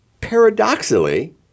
Paradoxically